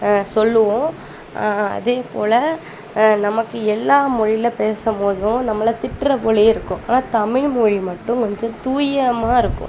சொல்லுவோம் அதேபோல் நமக்கு எல்லா மொழியில் பேசம்போதும் நம்மளை திட்டுற போலவே இருக்கும் ஆனால் தமிழ்மொழி மட்டும் கொஞ்சம் தூயமாக இருக்கும்